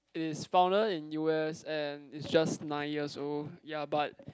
it is founded in u_s and is just nine years old ya but